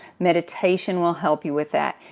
meditation will help you with that.